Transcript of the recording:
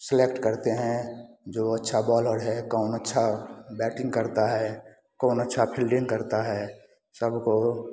select करते हैं जो अच्छा बोलर है कौन अच्छा बेटींग करता है कौन अच्छा फील्डिंग करता है सबको